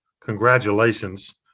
congratulations